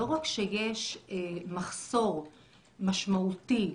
לא רק שיש מחסור משמעותי,